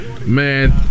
Man